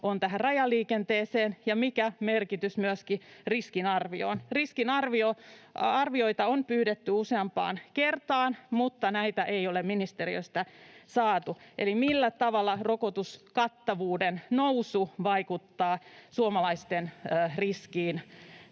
on rajaliikenteeseen ja mikä merkitys myöskin riskinarvioon. Riskiarvioita on pyydetty useampaan kertaan, mutta näitä ei ole ministeriöstä saatu siitä, millä tavalla rokotuskattavuuden nousu vaikuttaa suomalaisten